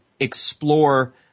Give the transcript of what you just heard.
Explore